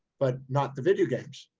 but not the video games.